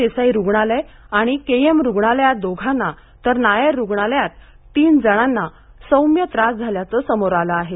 देसाई रुग्णालय आणि केईएम रुग्णालयात दोघांना तर नायर रुग्णालयात तीन जणांना सौम्य त्रास झाल्याचे समोर आले आहे